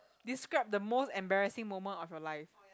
describe the most embarrassing moment of your life